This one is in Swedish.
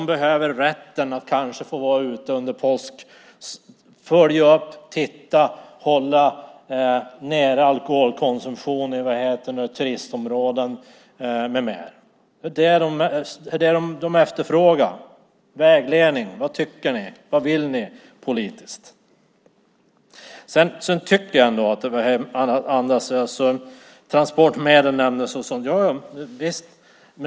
De behöver rätten att vara ute under påsken och följa upp och hålla nere alkoholkonsumtionen i turistområdena. Det är vägledning de efterfrågar. Vad tycker ni? Vad vill ni politiskt? Transportmedel nämndes.